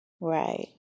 right